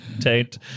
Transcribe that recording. taint